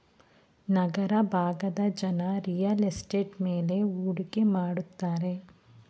ನಗರ ಭಾಗದ ಜನ real estate ಮೇಲೆ ಹೂಡಿಕೆ ಮಾಡುತ್ತಾರೆ